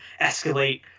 escalate